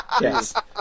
Yes